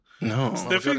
no